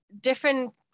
different